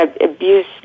abuse